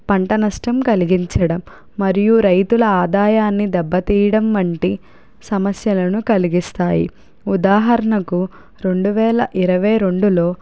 పంట నష్టం కలిగించడం మరియు రైతుల ఆదాయాన్ని దెబ్బతీయడం వంటి సమస్యలను కలిగిస్తాయి ఉదాహరణకు రెండు వేల ఇరవై రెండులో